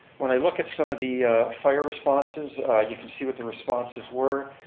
when i look at some of the fire responses you can see what the responses were.